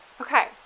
Okay